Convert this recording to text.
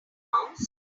mouse